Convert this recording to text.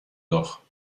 doch